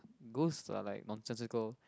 ghosts are like nonsensical